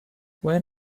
when